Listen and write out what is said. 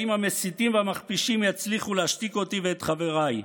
המסיתים והמכפישים יצליחו להשתיק אותי ואת חבריי.